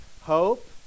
hope